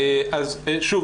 אז שוב,